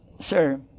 Sir